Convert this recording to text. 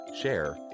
share